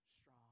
strong